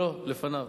לפניו.